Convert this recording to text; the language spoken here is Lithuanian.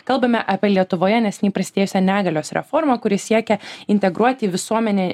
kalbame apie lietuvoje neseniai prasidėjusią negalios reformą kuri siekia integruoti į visuomenę